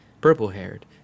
Purple-haired